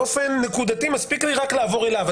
באופן נקודתי מספיק רק לעבור אליו,